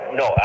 no